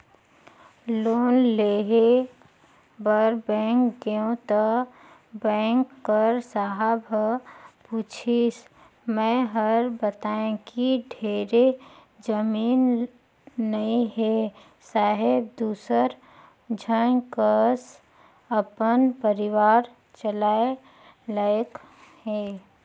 loan लेय बर bank गेंव त बेंक कर साहब ह पूछिस मै हर बतायें कि ढेरे जमीन नइ हे साहेब दूसर झन कस अपन परिवार चलाय लाइक हे